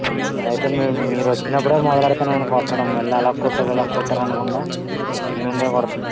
అయితే మేము మీరు వచ్చినప్పుడే మొదలు పెడతానండి కొట్టడం మళ్ళీ అలా కొట్టారు ఇలా కొట్టారు అనకుండా మీ ముందే కోడతాను